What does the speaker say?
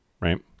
right